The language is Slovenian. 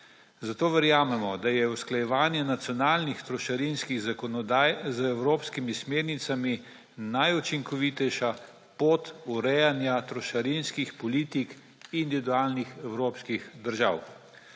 Zato verjamemo, da je usklajevanje nacionalnih trošarinskih zakonodaj z evropskimi smernicami najučinkovitejša pot urejanja trošarinskih politik individualnih evropskih držav.